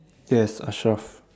yes Ashraf